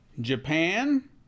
Japan